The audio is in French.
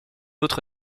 autre